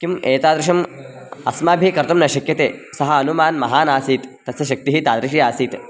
किम् एतादृशम् अस्माभिः कर्तुं न शक्यते सः हनुमान् महान् आसीत् तस्य शक्तिः तादृशी आसीत्